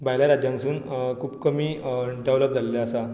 भायल्या राज्यानसून खूब कमी डॅवलॉप जाल्लें आसा